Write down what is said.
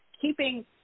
keeping